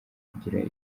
kugirango